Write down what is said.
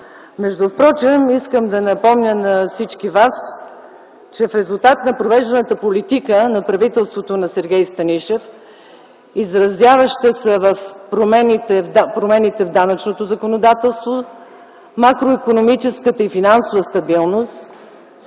Междупрочем, искам да напомня на всички вас, че в резултат на провежданата политика на правителството на Сергей Станишев, изразяваща се в промените в данъчното законодателство, макроикономическата и финансова стабилност